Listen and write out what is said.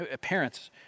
Parents